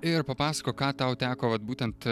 ir papasakok ką tau teko vat būtent